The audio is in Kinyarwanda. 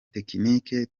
tekiniki